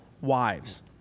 wives